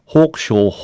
Hawkshaw